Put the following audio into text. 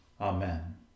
Amen